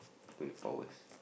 twenty four hours